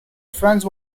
friends